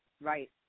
Right